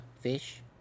fish